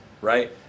right